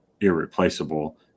irreplaceable